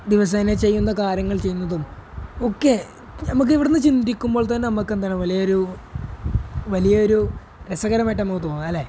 ദിവസേന ചെയ്യുന്ന കാര്യങ്ങൾ ചെയ്യുന്നതുമൊക്കെ നമുക്കിവിടെ നിന്ന് ചിന്തിക്കുമ്പോൾ തന്നെ നമുക്കെന്താണ് വലിയൊരു വലിയൊരു രസകരമായിട്ട് നമുക്ക് തോന്നുകയാണ് അല്ലേ